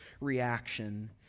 reaction